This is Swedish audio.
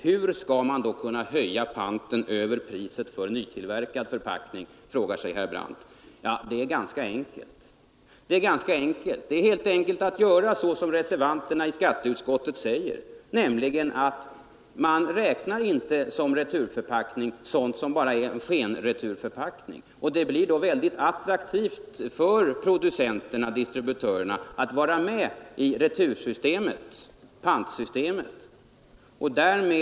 Hur skall man då kunna höja panten över priset för nytillverkad förpackning, frågar sig herr Brandt. Det kan helt enkelt göras så som reservanterna i skatteutskottet säger, nämligen att man som returförpackning inte räknar sådant som bara är en skenreturförpackning. Det blir då väldigt attraktivt för producenterna och distributörerna att vara med i pantsystemet.